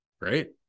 Right